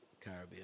Caribbean